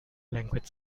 language